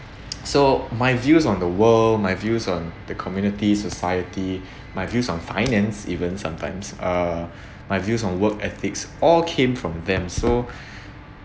so my views on the world my views on the community society my views on finance even sometimes uh my views on work ethics all came from them so